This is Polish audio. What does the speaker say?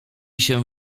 się